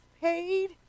paid